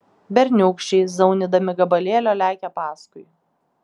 berniūkščiai zaunydami gabalėlio lekia paskui